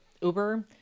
Uber